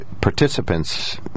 participant's